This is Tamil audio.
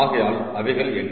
ஆகையால் அவைகள் என்ன